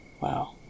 Wow